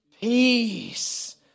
peace